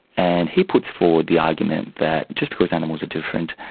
and he puts forward the argument that just because animals are different,